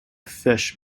fish